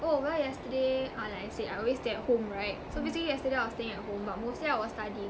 oh well yesterday ah like I said I always stay at home right so basically yesterday I was staying at home but mostly I was studying